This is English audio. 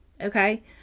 Okay